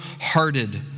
hearted